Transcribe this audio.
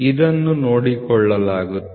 ಇದನ್ನು ನೋಡಿಕೊಳ್ಳಲಾಗುತ್ತದೆ